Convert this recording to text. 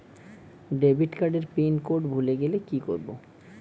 Debit card এর pin code ভুলে গেলে কি করব?